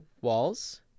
walls